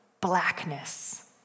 blackness